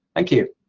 thank you.